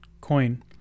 coin